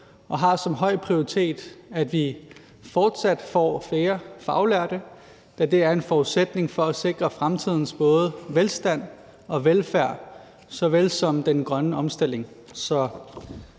og har som en høj prioritet, at vi fortsat får flere faglærte, da det er en forudsætning for at sikre fremtidens både velstand og velfærd såvel som den grønne omstilling.